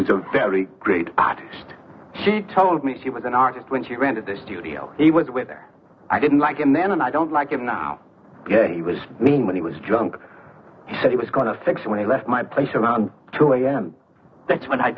was a very great artist she told me she was an artist when she rented the studio he was with her i didn't like him then and i don't like him now he was mean when he was drunk he said he was going to fix when he left my place around two am that's when i